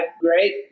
great